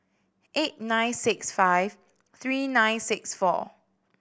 eight nine six five three nine six four